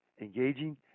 engaging